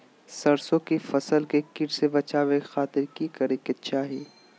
सरसों की फसल के कीट से बचावे खातिर की करे के चाही?